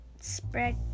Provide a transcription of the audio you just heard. spread